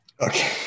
Okay